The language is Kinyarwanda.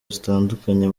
zitandukanye